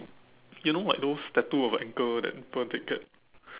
you know like those tattoo of a anchor that people get